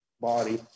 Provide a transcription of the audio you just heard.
body